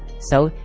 so,